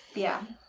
yeah,